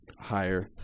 higher